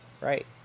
right